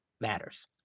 matters